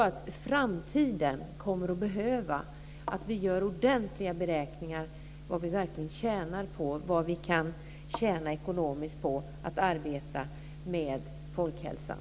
I framtiden kommer det att behövas att vi gör ordentliga beräkningar av vad vi verkligen tjänar ekonomiskt på att arbeta med folkhälsan.